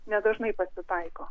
nedažnai pasitaiko